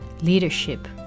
leadership